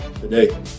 today